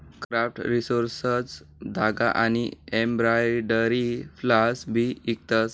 craft resources धागा आनी embroidery floss भी इकतस